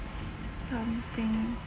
something